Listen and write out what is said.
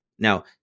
Now